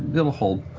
it'll hold.